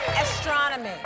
astronomy